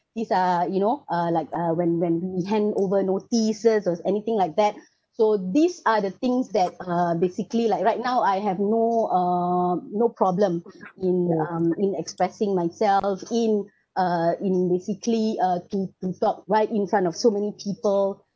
this uh you know uh like uh when when we hand over notices or anything like that so these are the things that uh basically like right now I have no uh no problem in in expressing myself in uh in basically uh to talk right in front of so many people